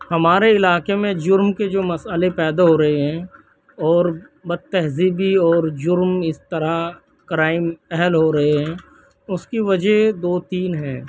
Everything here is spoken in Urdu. ہمارے علاقے میں جرم کے جو مسئلے پیدا ہو رہے ہیں اور بد تہذیبی اور جرم اس طرح کرائم اہل ہو رہے ہیں اس کی وجہ دو تین ہیں